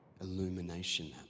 Illumination